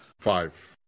Five